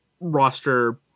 roster